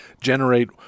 generate